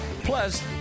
Plus